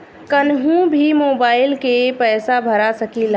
कन्हू भी मोबाइल के पैसा भरा सकीला?